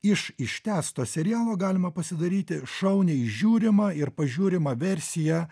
iš ištęsto serialo galima pasidaryti šauniai žiūrimą ir pažiūrimą versiją